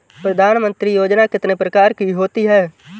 प्रधानमंत्री योजना कितने प्रकार की होती है?